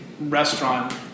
restaurant